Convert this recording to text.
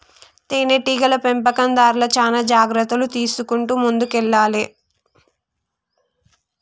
తేనె టీగల పెంపకందార్లు చానా జాగ్రత్తలు తీసుకుంటూ ముందుకెల్లాలే